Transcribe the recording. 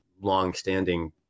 long-standing